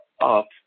up